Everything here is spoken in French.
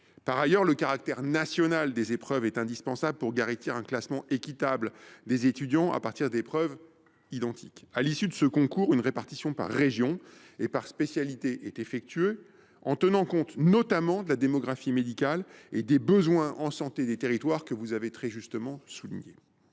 Par ailleurs, le caractère national des épreuves est indispensable pour garantir un classement équitable des étudiants à partir d’épreuves identiques. À l’issue de ce concours, une répartition par région et par spécialité est réalisée, qui tient notamment compte de la démographie médicale et des besoins en santé des territoires que vous avez très justement soulignés,